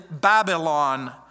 Babylon